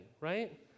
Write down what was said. right